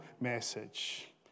message